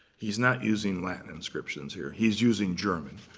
he's not using latin inscriptions here. he's using german.